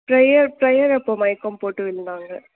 prayer prayer அப்போ மயக்கம் போட்டு விழுந்தாங்க